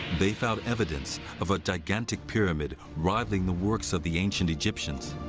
they found evidence of a gigantic pyramid rivaling the works of the ancient egyptians,